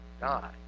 die